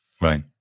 Right